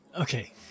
Okay